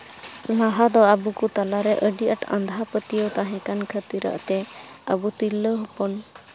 ᱞᱟᱦᱟ ᱫᱚ ᱟᱵᱚ ᱠᱚ ᱛᱟᱞᱟᱨᱮ ᱟᱹᱰᱤ ᱟᱸᱴ ᱟᱸᱫᱷᱟ ᱯᱟᱹᱛᱭᱟᱹᱣ ᱛᱟᱦᱮᱸᱠᱟᱱ ᱠᱷᱟᱹᱛᱤᱨ ᱛᱮ ᱟᱵᱚ ᱛᱤᱨᱞᱟᱹ ᱦᱚᱯᱚᱱ